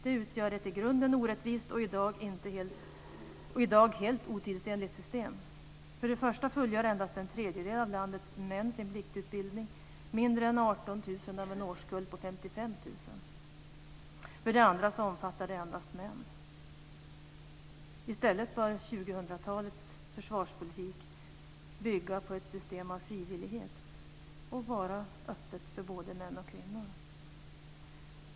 Det utgör ett i grunden orättvist och i dag helt otidsenligt system. För det första fullgör endast en tredjedel av landets män sin pliktutbildning, mindre än 18 000 av en årskull på ca 55 000. För det andra omfattar det endast män. I stället bör 2000 talets försvarspolitik bygga på ett system av frivillighet och vara öppet för både män och kvinnor.